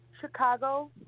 Chicago